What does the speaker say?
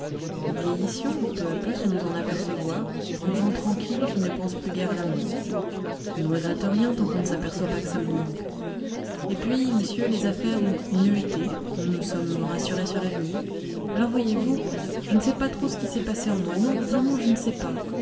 nous vieillissions peu à peu sans nous en apercevoir en gens tranquilles qui ne pensent plus guère à l'amour on ne regrette rien tant qu'on ne s'aperçoit pas que ça vous manque et puis monsieur les affaires ont mieux été nous nous sommes rassurés sur l'avenir alors voyez-vous je ne sais pas trop ce qui s'est passé en moi non vraiment je ne sais pas